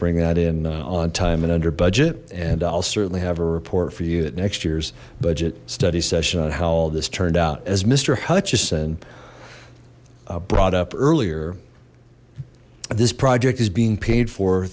bring that in on time and under budget and i'll certainly have a report for you at next year's budget study session on how all this turned out as mister hutchison brought up earlier this project is being paid for